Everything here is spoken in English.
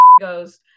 goes